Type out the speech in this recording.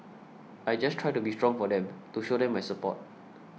I just try to be strong for them to show them my support